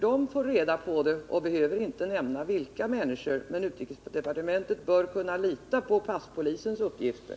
De får reda på avvisningarna, men behöver inte nämna vilka människor det gäller. Utrikesdepartementet bör ju kunna lita på passpolisens uppgifter.